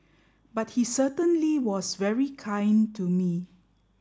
but he certainly was very kind to me